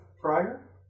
prior